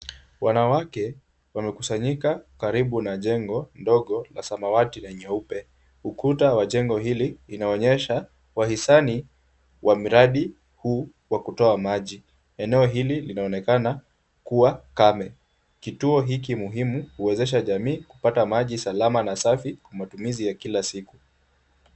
Wanawake wamekusanyika karibu na jengo ndogo la samawati na nyeupe, ukuta wa jengo hili inaonyesha wahisani wa miradi huu wa kutoa maji. Eneo hili linaonekana kuwa kame. Kituo hiki muhimu huwezesha jamii kupata maji salama na safi kwa matumizi ya kila siku.